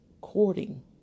courting